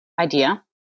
idea